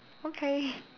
okay